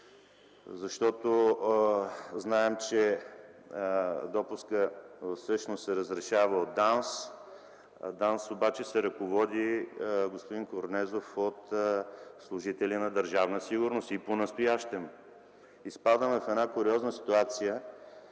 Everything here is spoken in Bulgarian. власт. Знаем, че допускът всъщност се разрешава от ДАНС, ДАНС обаче се ръководи, господин Корнезов, от служители на Държавна сигурност и понастоящем. Изпадаме в куриозна ситуация